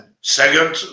second